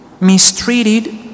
Mistreated